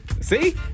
See